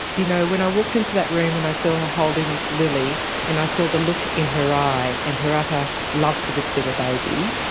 you know, when i walked into that room and i saw her holding lily and i saw the look in her eye and her utter love for this little baby,